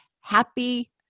happy